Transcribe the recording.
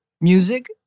music